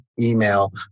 email